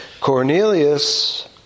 Cornelius